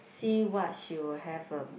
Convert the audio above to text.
see what she will have a